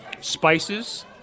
spices